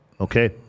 Okay